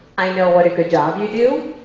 i know what a good job you do.